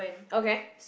okay